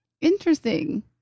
Interesting